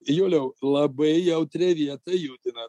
juliau labai jautrią vietą judinat